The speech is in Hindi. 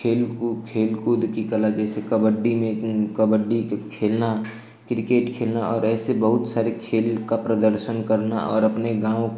खेलकूद खेलकूद की कला जैसे कबड्डी में कबड्डी में खेलना क्रिकेट खेलना और ऐसी बहुत सारी खेल का प्रदर्शन करना और अपने गाँव